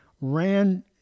ran